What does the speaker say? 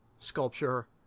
Sculpture